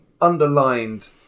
underlined